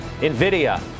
NVIDIA